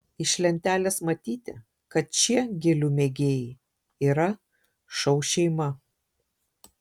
iš lentelės matyti kad šie gėlių mėgėjai yra šou šeima